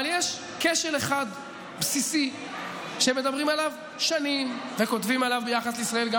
אבל יש כשל אחד בסיסי שמדברים עליו שנים וכותבים עליו ביחס לישראל גם